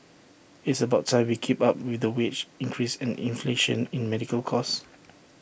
it's about time we keep up with the wage increase and inflation in medical cost